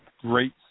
great